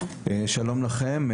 שלום לכם.